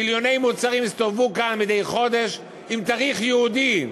מיליוני מוצרים יסתובבו כאן מדי חודש עם תאריך יהודי.